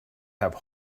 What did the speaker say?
have